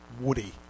woody